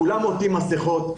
כולם עוטים מסכות,